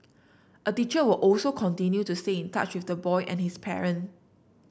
a teacher will also continue to stay in touch with the boy and his parent